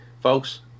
folks